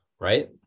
Right